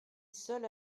seul